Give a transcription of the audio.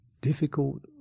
difficult